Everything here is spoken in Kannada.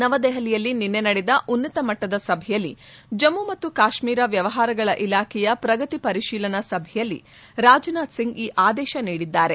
ನವದೆಹಲಿಯಲ್ಲಿ ನಿನ್ನೆ ನಡೆದ ಉನ್ನತ ಮಟ್ಟದ ಸಭೆಯಲ್ಲಿ ಜಮ್ಮ ಮತ್ತು ಕಾಶ್ಮೀರ ವ್ಯವಹಾರಗಳ ಇಲಾಖೆಯ ಪ್ರಗತಿ ಪರಿಶೀಲನಾ ಸಭೆಯಲ್ಲಿ ರಾಜನಾಥ್ ಸಿಂಗ್ ಈ ಆದೇಶ ನೀಡಿದ್ದಾರೆ